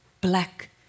black